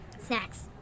Snacks